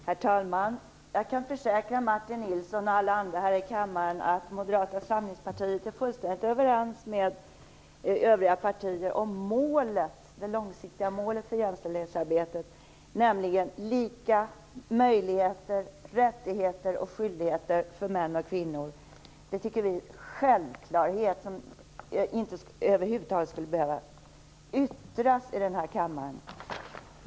Herr talman! Jag kan försäkra Martin Nilsson och alla andra här i kammaren att Moderata samlingspartiet är fullständigt överens med övriga partier om det långsiktiga målet för jämställdhetsarbetet, nämligen lika möjligheter, rättigheter och skyldigheter för män och kvinnor. Det tycker vi är en självklarhet som över huvud taget inte skulle behöva yttras i den här kammaren.